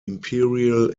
imperial